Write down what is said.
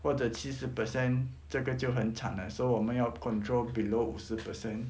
或者七十 percent 这个就很惨了 so 我们要 control below 五十 percent